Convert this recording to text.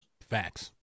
facts